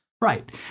Right